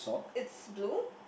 it's blue